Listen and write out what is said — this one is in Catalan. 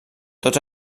tots